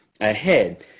ahead